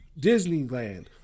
Disneyland